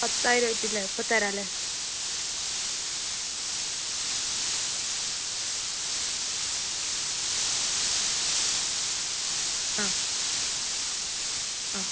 പത്തായിരം ആയിട്ട് അല്ലേ ഇപ്പോൾ തരാമല്ലേ ആ ആ